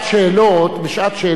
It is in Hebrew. בשעת שאלות אתמול,